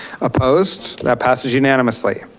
opposed, that passes unanimously.